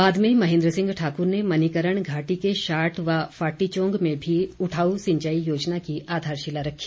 बाद में महेंद्र सिंह ठाकुर ने मणीकर्ण घाटी के शाट व फाटीचोंग में भी उठाऊ सिंचाई योजना की आधारशिला रखी